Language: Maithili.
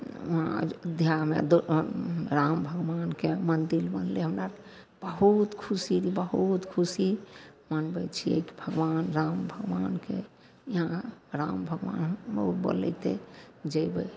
ओहाँ अयोध्यामे दो राम भगवानके मन्दिर बनलै हमरा बहुत खुशी बहुत खुशी मनबै छिए कि भगवान राम भगवानके यहाँ राम भगवान बोलेतै जएबै